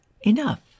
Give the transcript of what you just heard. enough